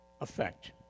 effect